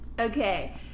okay